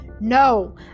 no